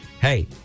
Hey